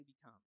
become